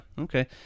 okay